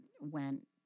went